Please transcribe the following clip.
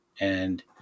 and-